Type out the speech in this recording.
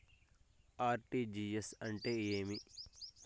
RTGS అంటే ఏమి